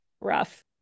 Rough